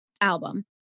album